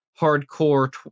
hardcore